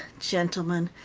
gentlemen,